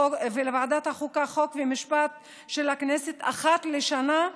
חוק ומשפט של הכנסת, אחת לשנה,